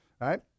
Right